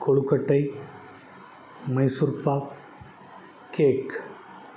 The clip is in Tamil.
கொழுக்கட்டை மைசூர்பாக் கேக்